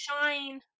shine